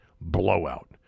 blowout